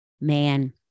man